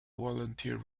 volunteer